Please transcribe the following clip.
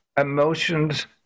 Emotions